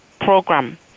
program